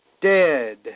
dead